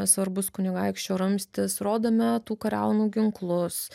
svarbus kunigaikščio ramstis rodome tų kariaunų ginklus